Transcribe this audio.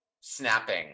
snapping